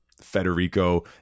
Federico